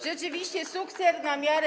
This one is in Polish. Rzeczywiście sukces na miarę